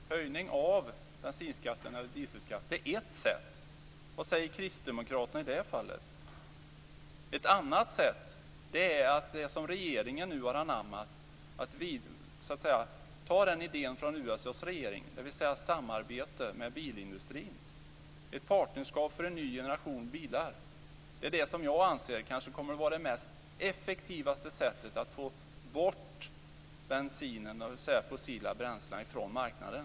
Fru talman! Höjning av bensinskatten eller dieselskatten är ett sätt. Vad säger kristdemokraterna i det fallet? Ett annat sätt är det som regeringen nu har anammat. Man tar idén från USA:s regering. Det är samarbete med bilindustrin, ett partnerskap för en ny generation bilar. Det är det jag anser kanske kommer att vara det mest effektiva sättet att få bort bensin och fossila bränslen från marknaden.